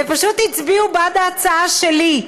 ופשוט הצביעו בעד ההצעה שלי.